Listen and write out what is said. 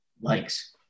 likes